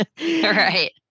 Right